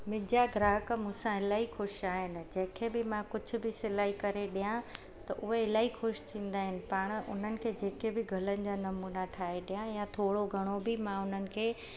मुंहिंजा ग्राहक मूंसां इलाही ख़ुशि आहिनि जंहिंखे बि मां कुझु बि सिलाई करे ॾियां त उहे इलाही ख़ुशि थींदा आहिनि पाण उन्हनि खे जेके बि गलनि जा नमूना ठाहे ॾियां या थोरो घणो बि मां उन्हनि खे